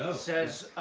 says,